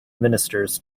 ministers